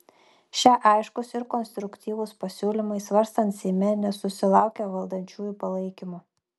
šie aiškūs ir konstruktyvūs pasiūlymai svarstant seime nesusilaukė valdančiųjų palaikymo